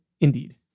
Indeed